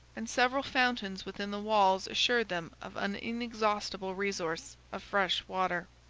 and several fountains within the walls assured them of an inexhaustible resource of fresh water.